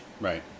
Right